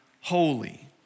holy